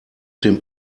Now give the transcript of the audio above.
dem